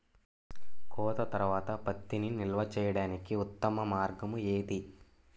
కోత తర్వాత పత్తిని నిల్వ చేయడానికి ఉత్తమ మార్గం ఏది?